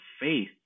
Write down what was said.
faith